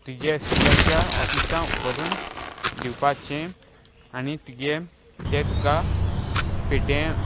तुजे स्कुलाच्या ऑफिसां व्हरून दिवपाचें आनी तुजें तें तुका पेटे